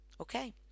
Okay